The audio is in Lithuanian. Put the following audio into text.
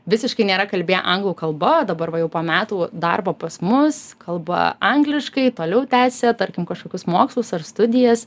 visiškai nėra kalbėję anglų kalba o dabar va jau po metų darbo pas mus kalba angliškai toliau tęsia tarkim kažkokius mokslus ar studijas